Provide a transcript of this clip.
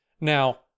Now